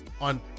On